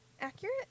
accurate